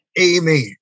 Amen